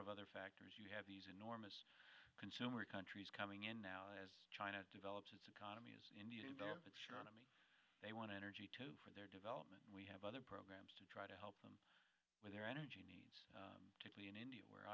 of other factors you have these enormous consumer countries coming in now as china develops its economy is indeed sure i mean they want energy too for their development we have other programs to try to help them with their energy needs to be in india where